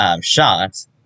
shots